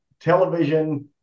television